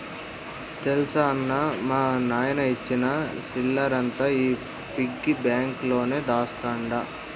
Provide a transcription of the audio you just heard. తెల్సా అన్నా, మా నాయన ఇచ్చిన సిల్లరంతా ఈ పిగ్గి బాంక్ లోనే దాస్తండ